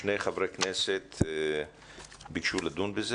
שני חברי כנסת ביקשו לדון בזה